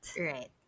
Right